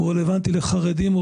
הוא רלוונטי לחרדים,